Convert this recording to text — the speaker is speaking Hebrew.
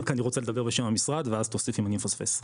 אני רק רוצה לדבר בשם המשרד ואז תוסיף אם אני מפספס.